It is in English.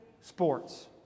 sports